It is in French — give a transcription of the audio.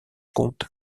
compte